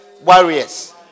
warriors